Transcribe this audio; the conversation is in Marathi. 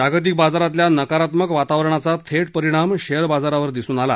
जागतिक बाजारातल्या नकारात्मक वातावरणाचा थेट परिणाम शेअर बाजारावर दिसून आला